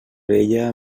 vella